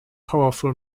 powerful